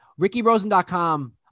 RickyRosen.com